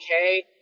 okay